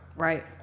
Right